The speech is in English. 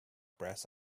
brass